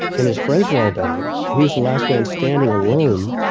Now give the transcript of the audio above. and his friends were all dying, and he was the last man standing alone,